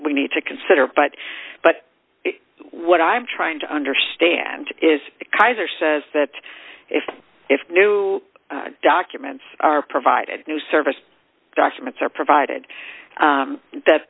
we need to consider but but what i'm trying to understand is kaiser says that if if new documents are provided new service documents are provided that